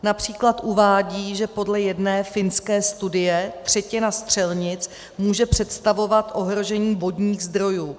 Například uvádí, že podle jedné finské studie třetina střelnic může představovat ohrožení vodních zdrojů.